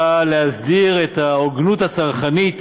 בא להסדיר את ההגנות הצרכניות